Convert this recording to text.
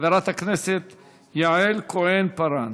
חברת הכנסת יעל כהן-פארן.